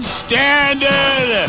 standard